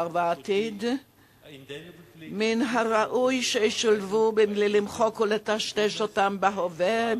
ראוי שהעבר והעתיד ישולבו זה בזה בלי למחוק או לטשטש אותם בהווה,